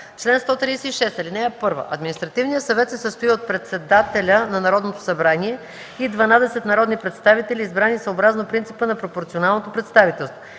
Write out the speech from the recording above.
Чл. 136. (1) Административният съвет се състои от председателя на Народното събрание и дванадесет народни представители, избрани съобразно принципа на пропорционалното представителство.